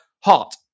hot